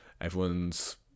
everyone's